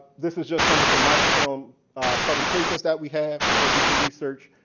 this is just some of the microfilm publications that we have that you can research.